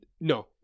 No